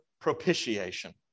propitiation